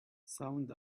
sound